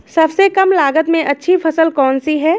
सबसे कम लागत में अच्छी फसल कौन सी है?